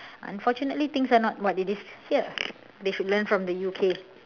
unfortunately things are not what it is here they should learn from the U_K